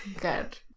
Good